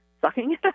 sucking